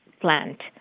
plant